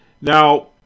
Now